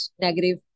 negative